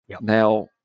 Now